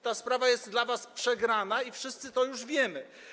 Ta sprawa jest dla was przegrana i wszyscy to już wiemy.